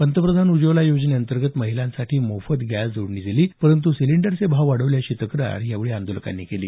पंतप्रधान उज्वला योजने अंतर्गत महिलांसाठी मोफत गॅसजोडणी दिली परंतु सिलिंडरचे भाव वाढवले अशी तक्रार यावेळी आंदोलकांनी केली